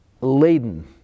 laden